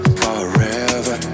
forever